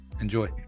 Enjoy